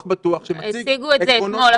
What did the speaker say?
בטוח" שמציג עקרונות --- הציגו את זה אתמול.